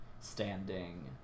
standing